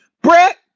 Brett